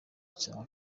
cya